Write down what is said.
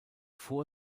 vor